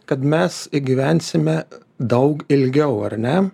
kad mes gyvensime daug ilgiau ar ne